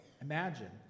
imagine